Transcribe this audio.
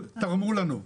תרמו לנו מחו"ל.